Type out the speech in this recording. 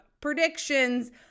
predictions